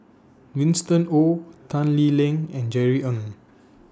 Winston Oh Tan Lee Leng and Jerry Ng